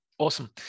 Awesome